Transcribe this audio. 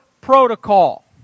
protocol